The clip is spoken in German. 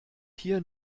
hier